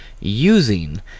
using